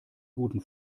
guten